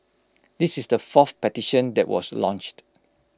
this is the fourth petition that was launched